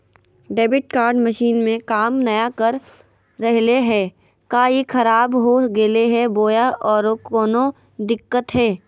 Debit card machine में काम नाय कर रहले है, का ई खराब हो गेलै है बोया औरों कोनो दिक्कत है?